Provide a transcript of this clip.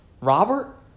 Robert